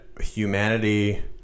humanity